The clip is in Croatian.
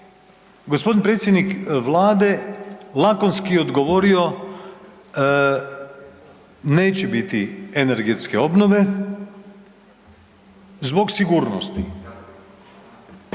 gospodin predsjednik Vlade lakonski je odgovorio neće biti energetske obnove zbog sigurnosti.